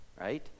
right